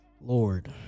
Lord